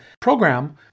program